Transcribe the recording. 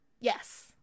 Yes